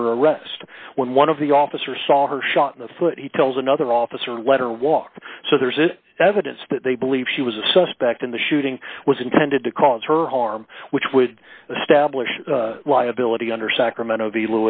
under arrest when one of the officers saw her shot in the foot he tells another officer let her walk so there is it evidence that they believe she was a suspect in the shooting was intended to cause her harm which would stablish liability under sacramento v